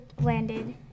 landed